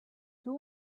two